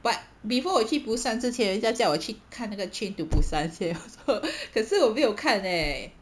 but before 我去 busan 之前人家叫我去看那个 train to busan 先可是我没有看 leh